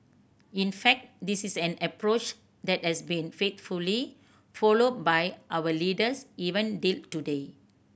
in fact this is an approach that has been faithfully followed by our leaders even till today